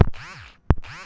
कमी वेळचं कर्ज कस मिळवाचं?